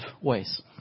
ways